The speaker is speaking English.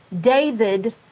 David